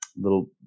little